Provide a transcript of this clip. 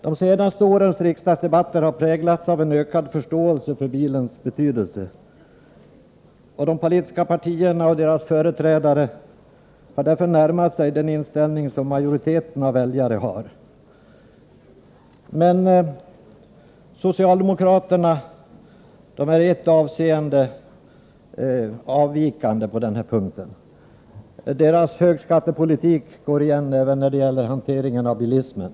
De senaste årens riksdagsdebatter har präglats av en ökad förståelse för bilens betydelse. De politiska partierna och deras företrädare har närmat sig den inställning som majoriteten av väljarna har. Men socialdemokraterna är i ett avseende avvikande på denna punkt. Deras högskattepolitik går igen även när det gäller hanteringen av bilismen.